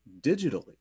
digitally